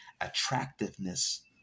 attractiveness